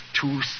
two